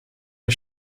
der